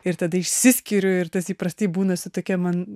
ir tada išsiskiriu ir tas įprastai būna suteikia man